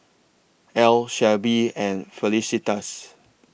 Al Shelby and Felicitas